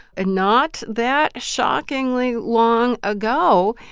and not that shockingly long ago,